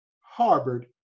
harbored